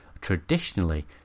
traditionally